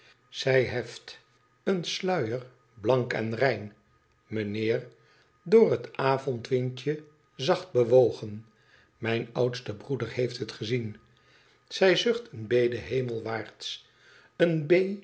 zij heft een sluier blank en rein meneer door t avondwindje zacht bewogen mijn oudste broeder heeft t gezien zij zucht een bede henelwaarts en